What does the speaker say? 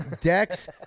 Decks